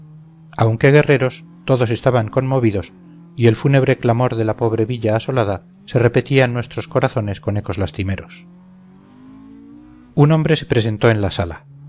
aunque guerreros todos estaban conmovidos y el fúnebre clamor de la pobre villa asolada se repetía en nuestros corazones con ecos lastimeros un hombre se presentó en la sala